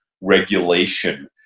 regulation